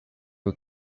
who